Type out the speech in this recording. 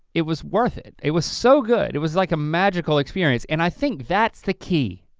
it was worth it. it was so good, it was like a magical experience and i think that's the key.